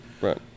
Right